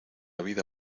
vida